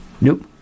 Nope